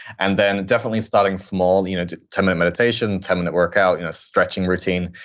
and then definitely starting small you know ten minute meditation, ten minute workout, you know stretching routine.